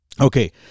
Okay